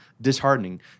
disheartening